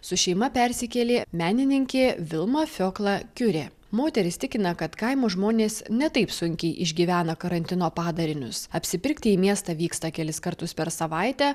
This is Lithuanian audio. su šeima persikėlė menininkė vilma fiokla kiure moteris tikina kad kaimo žmonės ne taip sunkiai išgyvena karantino padarinius apsipirkti į miestą vyksta kelis kartus per savaitę